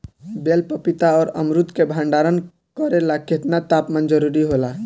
बेल पपीता और अमरुद के भंडारण करेला केतना तापमान जरुरी होला?